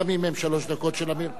גם אם הן שלוש דקות של עמיר פרץ.